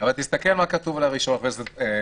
אבל תסתכל מה כתוב על הרישיון, חבר הכנסת עמאר.